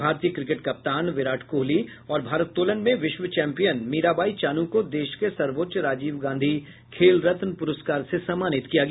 भारतीय क्रिकेट कप्तान विराट कोहली और भारोत्तोलन में विश्वचौम्पियन मीराबाई चानू को देश के सर्वोच्च राजीव गांधी खेल रत्न पुरस्कार से सम्मानित किया गया